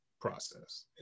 process